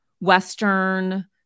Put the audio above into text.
Western